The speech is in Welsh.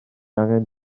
angen